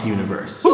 Universe